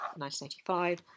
1985